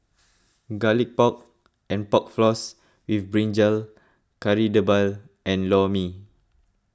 Garlic Pork and Pork Floss with Brinjal Kari Debal and Lor Mee